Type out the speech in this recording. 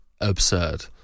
absurd